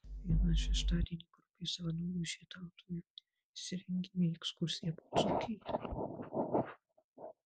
vieną šeštadienį grupė savanorių žieduotojų išsirengėme į ekskursiją po dzūkiją